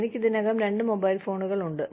എനിക്ക് ഇതിനകം രണ്ട് മൊബൈൽ ഫോണുകൾ ഉണ്ട്